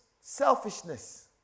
selfishness